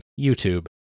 YouTube